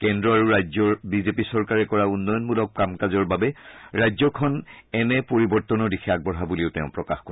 কেন্দ্ৰ আৰু ৰাজ্যৰ বিজেপি চৰকাৰে কৰা উন্নয়ণমূলক কাম কাজৰ বাবে ৰাজ্যখন এনে পৰিৱৰ্তনৰ দিশে আগবঢ়া বুলিও তেওঁ প্ৰকাশ কৰে